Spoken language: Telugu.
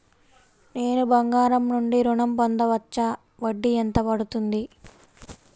నేను బంగారం నుండి ఋణం పొందవచ్చా? వడ్డీ ఎంత పడుతుంది?